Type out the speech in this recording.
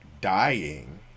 dying